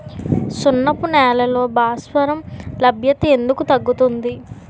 సున్నపు నేలల్లో భాస్వరం లభ్యత ఎందుకు తగ్గుతుంది?